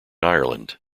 ireland